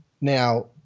Now